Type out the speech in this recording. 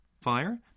fire